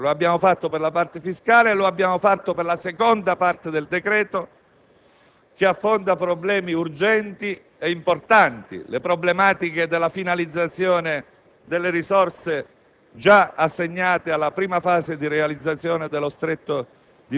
con la discussione sulla legge finanziaria. Lo abbiamo fatto per la parte fiscale e anche per la seconda parte del decreto, che affronta problemi urgenti e importanti: le problematiche della finalizzazione delle risorse